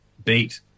beat